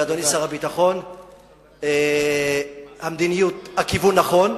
אדוני שר הביטחון, שהכיוון נכון,